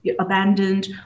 abandoned